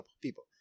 people